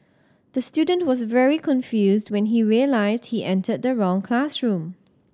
the student was very confused when he realised he entered the wrong classroom